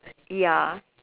ya